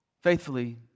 faithfully